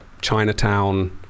Chinatown